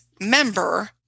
member